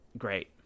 Great